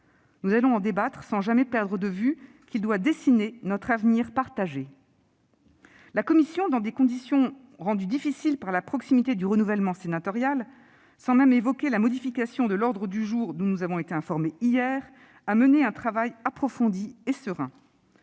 Nous allons en débattre sans jamais perdre de vue qu'il doit dessiner notre avenir partagé. La commission, dans des conditions rendues difficiles par la proximité du renouvellement sénatorial, sans même évoquer la modification de l'ordre du jour dont nous avons été informés hier, a mené un travail approfondi et serein.